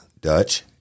Dutch